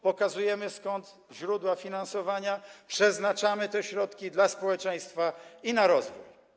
Pokazujemy źródła finansowania i przeznaczamy te środki dla społeczeństwa i na rozwój.